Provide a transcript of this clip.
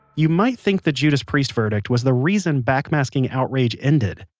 you might think the judas priest verdict was the reason backmasking outrage ended.